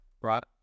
Right